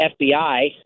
FBI